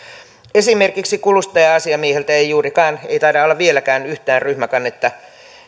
esimerkiksi kuluttaja asiamieheltä ei taida olla vieläkään yhtään ryhmäkannetta